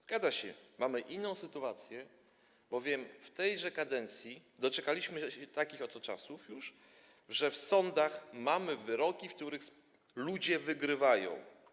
Zgadza się, mamy inną sytuację, bowiem w tejże kadencji doczekaliśmy się już takich oto czasów, że w sądach mamy wyroki, w których ludzie wygrywają.